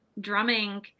drumming